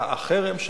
החרם,